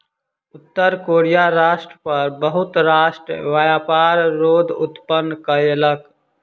उत्तर कोरिया राष्ट्र पर बहुत राष्ट्र व्यापार रोध उत्पन्न कयलक